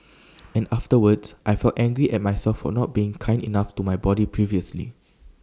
and afterwards I felt angry at myself for not being kind enough to my body previously